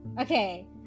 okay